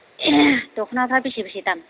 दख'नाफ्रा बेसे बेसे दाम